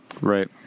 Right